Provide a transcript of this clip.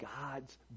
God's